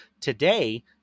Today